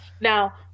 now